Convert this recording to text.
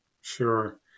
Sure